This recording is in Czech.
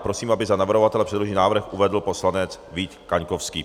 Prosím, aby za navrhovatele předložený návrh uvedl poslanec Vít Kaňkovský.